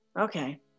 Okay